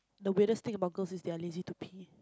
the greatest thing about girls is that they're lazy to pee